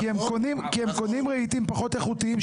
כי הם קונים רהיטים פחות איכותיים,